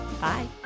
Bye